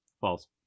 False